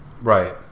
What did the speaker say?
Right